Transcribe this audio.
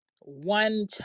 one